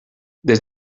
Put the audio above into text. des